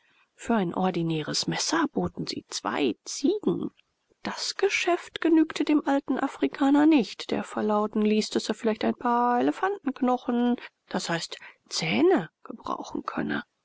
für ein ordinäres messer boten sie zwei ziegen das geschäft genügte dem alten afrikaner nicht der verlauten ließ daß er vielleicht ein paar elefantenknochen d i zähne gebrauchen könne